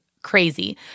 crazy